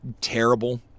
terrible